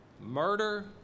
murder